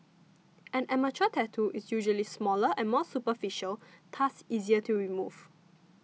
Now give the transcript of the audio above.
an amateur tattoo is usually smaller and more superficial thus easier to remove